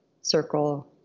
circle